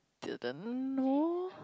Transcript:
didn't know